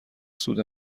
سود